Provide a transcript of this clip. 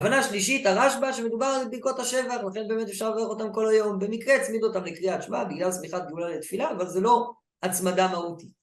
הבנה שלישית, הרשב"א, שמדובר על ברכות השבח, לכן באמת אפשר לומר אותם כל היום. במקרה הצמיד אותם לקריאת שמע, בגלל סמיכת גאולה לתפילה, אבל זה לא הצמדה מהותית.